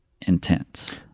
intense